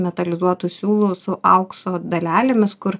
metalizuotų siūlų su aukso dalelėmis kur